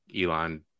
Elon